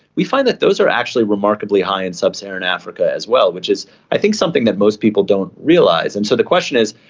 we find that those are actually remarkably high in sub-saharan africa as well, which is i think something that most people don't realise. and so the question is,